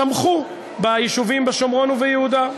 תמכו ביישובים בשומרון וביהודה,